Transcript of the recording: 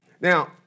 Now